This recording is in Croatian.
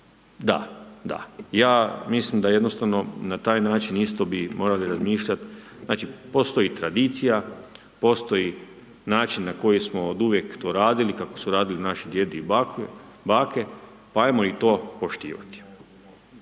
Da, da, ja mislim da jednostavno na taj način isto bi morali razmišljati. Znači, postoji tradicija, postoji način na koji smo oduvijek to radili kako su radili naši djedovi i bake, pa hajmo i to poštivati.